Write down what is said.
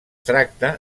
tracta